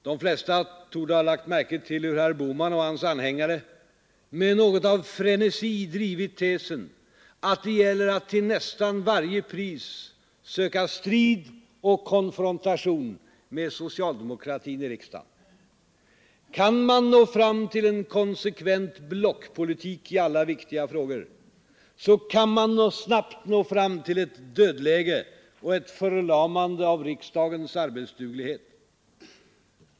De flesta torde ha lagt märke till hur herr Bohman och hans anhängare med något av frenesi drivit tesen att det gäller att till nästan varje pris söka strid och konfrontation med socialdemokratin i riksdagen. Kan man nå fram till en konsekvent blockpolitik i alla viktiga frågor, så kan man snabbt nå fram till ett dödläge och ett förlamande av riksdagens arbetsduglighet.